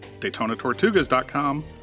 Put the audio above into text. DaytonaTortugas.com